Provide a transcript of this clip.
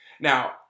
Now